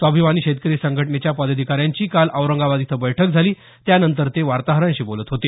स्वाभिमानी शेतकरी संघटनेच्या पदाधिकाऱ्यांची काल औरंगाबाद इथं बैठक झाली त्यांनतर ते वार्ताहरांशी बोलत होते